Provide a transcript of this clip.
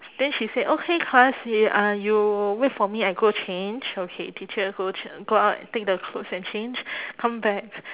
then she say okay class you uh you wait for me I go change okay teacher go ch~ go out take the clothes and change come back